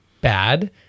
bad